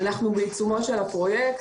אנחנו בעיצומו של הפרויקט,